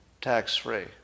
tax-free